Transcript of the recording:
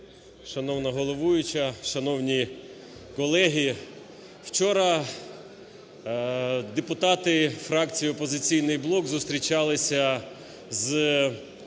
Шановна головуюча, шановні колеги! Вчора депутати фракції "Опозиційний блок" зустрічалися з